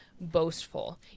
boastful